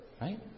right